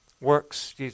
Works